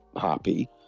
happy